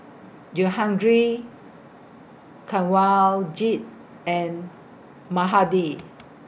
Jehangirr Kanwaljit and Mahade